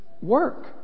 work